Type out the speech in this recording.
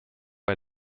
bei